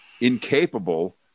incapable